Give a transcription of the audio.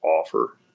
offer